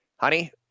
Honey